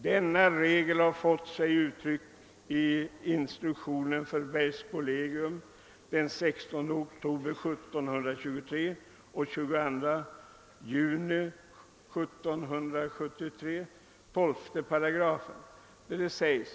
Denna regel har fått sig uttryck i instruktionerna för bergskollegium den 16 oktober 1723 och 22 juni 1773 § 12.